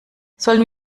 sollen